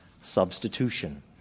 substitution